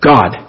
God